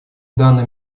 данное